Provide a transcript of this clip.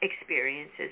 experiences